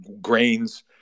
grains